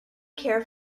care